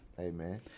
Amen